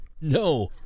No